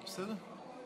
זה בסדר?